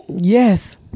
Yes